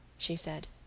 she said,